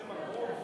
אדוני